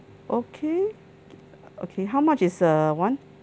okay okay how much is err one